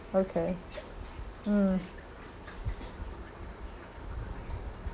okay mm